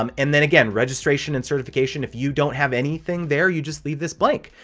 um and then again, registration and certification. if you don't have anything there, you just leave this blank,